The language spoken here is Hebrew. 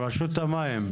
רשות המים,